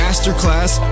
Masterclass